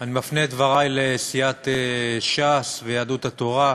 אני מפנה את דברי לסיעות ש"ס ויהדות התורה,